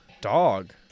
Dog